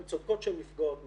הן צודקות שהן נפגעות מזה.